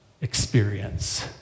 experience